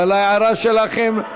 אבל ההערה שלכם,